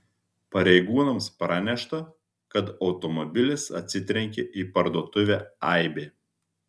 pareigūnams pranešta kad automobilis atsitrenkė į parduotuvę aibė